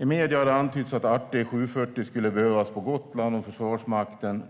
I media har antytts att ArtE 740 skulle behövas på Gotland om Försvarsmakten,